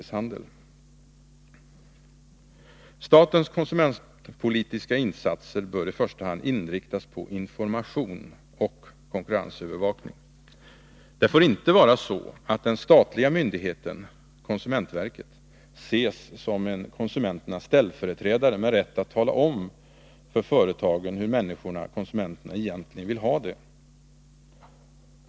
Statens konsumentpolitiska insatser bör i första hand inriktas på information och konkurrensövervakning. Det får inte vara så att den statliga myndigheten, konsumentverket, ses som konsumenternas ställföreträdare med rätt att tala om för företagen hur människorna/konsumenterna egentligen vill ha det.